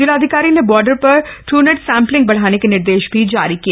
जिलाधिकारी ने बॉर्डर पर ड्डनेट सैम्पलिंग बढ़ाने के निर्देश भी दिए